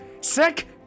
sick